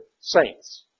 saints